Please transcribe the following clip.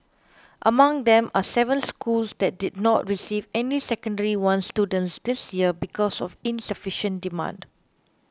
among them are seven schools that did not receive any Secondary One students this year because of insufficient demand